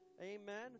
amen